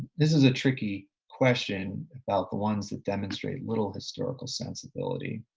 this is a tricky question about the ones that demonstrate little historical sensibility.